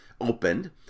opened